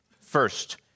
First